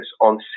on